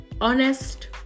honest